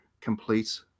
complete